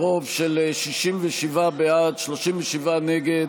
ברוב של 67 בעד, 37 נגד,